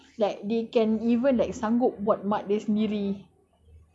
like they can even like sanggup buat mak dia sendiri